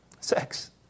sex